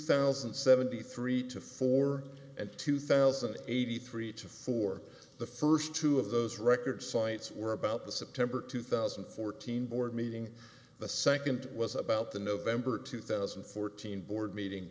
thousand and seventy three to four and two thousand and eighty three to four the first two of those records sites were about the september two thousand and fourteen board meeting the second was about the november two thousand and fourteen board meeting